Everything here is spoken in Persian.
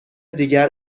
دیگر